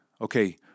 okay